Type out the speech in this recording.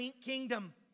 kingdom